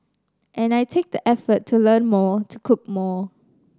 and I take the effort to learn more to cook more